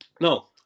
no